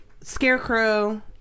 Scarecrow